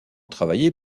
travaillé